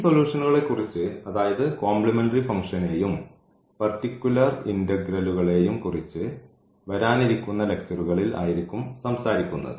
ഈ സൊലൂഷൻകളെക്കുറിച്ച് അതായത് കോംപ്ലിമെന്ററി ഫംഗ്ഷനേയും പർട്ടിക്കുലർ ഇന്റഗ്രലുകളേയും കുറിച്ച് വരാനിരിക്കുന്ന ലക്ച്ചറുകളിൽ ആയിരിക്കും സംസാരിക്കുന്നത്